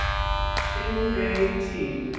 xin ray tee,